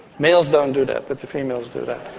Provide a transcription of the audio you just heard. males don't do that, but the females do that.